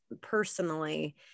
personally